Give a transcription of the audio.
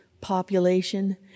population